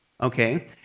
okay